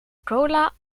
cola